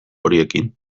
horiekin